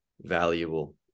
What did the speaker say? valuable